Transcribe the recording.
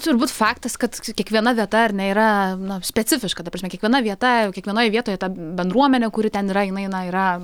turbūt faktas kad kiekviena vieta ar ne yra na specifiška ta prasme kiekviena vieta kiekvienoje vietoj ta bendruomenė kuri ten yra jinai na yra